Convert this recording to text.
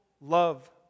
love